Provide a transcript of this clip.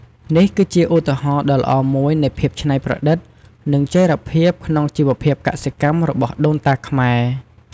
នេះគឺជាឧទាហរណ៍ដ៏ល្អមួយនៃភាពច្នៃប្រឌិត និងចីរភាពក្នុងជីវភាពកសិកម្មរបស់ដូនតាខ្មែរ។